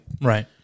Right